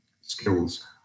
skills